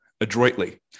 adroitly